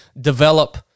develop